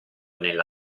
nella